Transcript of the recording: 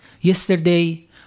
Yesterday